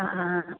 ആ ആ